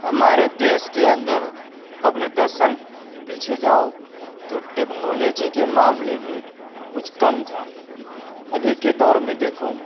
ہمارے دیش کے اندر قبل دس سال پیچھے جاؤ تو ٹیکنالوجی کے معاملے میں کچھ کم تھا ابھی کے دور میں دیکھو